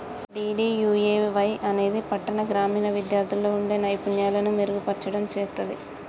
DDUAY అనేది పట్టాణ, గ్రామీణ విద్యార్థుల్లో వుండే నైపుణ్యాలను మెరుగుపర్చడం చేత్తది